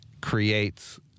creates